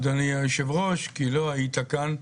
אדוני היושב-ראש, כי לא היית כאן,